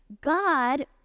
God